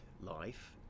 life